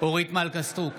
אורית מלכה סטרוק,